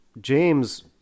James